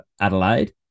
Adelaide